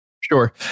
Sure